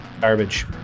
Garbage